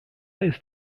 ist